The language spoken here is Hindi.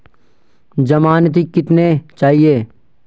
ज़मानती कितने चाहिये?